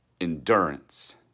endurance